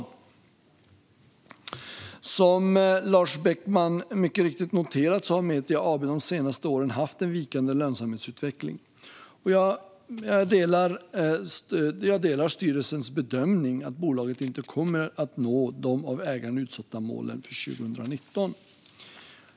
Som Lars Beckman mycket riktigt noterat har Metria AB de senaste åren haft en vikande lönsamhetsutveckling. Jag delar styrelsens bedömning att bolaget inte kommer att nå de av ägaren utsatta målen för 2019.